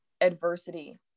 adversity